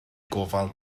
gofal